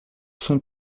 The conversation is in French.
sont